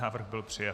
Návrh byl přijat.